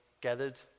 gathered